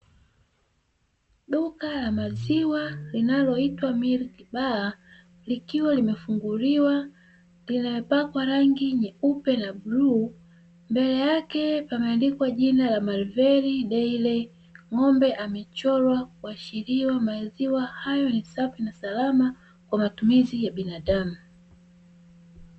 Duka la maziwa linaloitwa "Milk Bar", likiwa limefunguliwa, limepakwa rangi nyeupe na bluu, mbele yake limeandikwa jina la "Marvel Dairy". Ngombe amechorwa, kuashiria maziwa hayo ni safi na salama kwa matumizi ya binadamu.